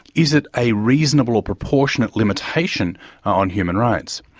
is it a reasonable or proportionate limitation on human rights?